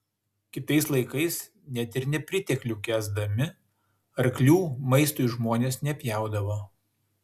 kitais laikais net ir nepriteklių kęsdami arklių maistui žmonės nepjaudavo